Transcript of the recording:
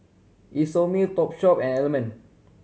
Isomil Topshop and Element